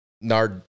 Nard